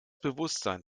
bewusstsein